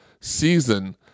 season